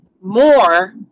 more